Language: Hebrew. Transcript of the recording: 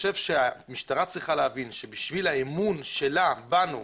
המשטרה צריכה להבין שבשביל האמון ההדדי בינינו,